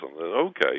Okay